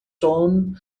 sôn